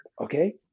okay